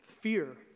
Fear